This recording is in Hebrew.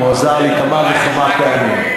הוא עזר לי כמה וכמה פעמים.